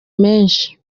menshi